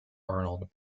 arnold